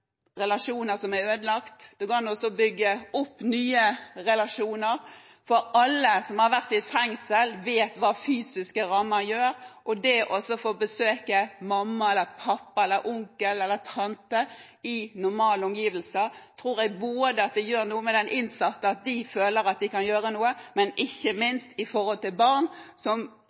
relasjoner som er ødelagt, det går an å bygge opp nye relasjoner. Alle som har vært i et fengsel, vet hva fysiske rammer gjør, og jeg tror at det å få besøke mamma eller pappa eller onkel eller tante i normale omgivelser gjør noe med den innsatte, at de føler at de kan gjøre noe, men ikke minst gjør noe med barna, som